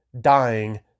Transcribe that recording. dying